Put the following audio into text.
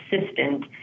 assistant